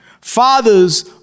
Fathers